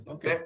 Okay